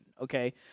okay